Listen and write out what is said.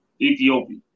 ethiopia